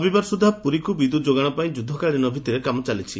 ରବିବାର ସୁଦ୍ଧା ପୁରୀକୁ ବିଦ୍ୟୁତ୍ ଯୋଗାଣ ପାଇଁ ଯୁଦ୍ଧକାଳୀନ ଭିଭିରେ କାମ ଚାଲିଛି